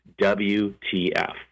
WTF